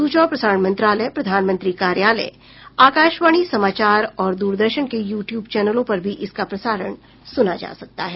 सूचना और प्रसारण मंत्रालय प्रधानमंत्री कार्यालय आकाशवाणी समाचार और दूरदर्शन के यू ट्यूब चैनलों पर भी इसका प्रसारण सुना जा सकता है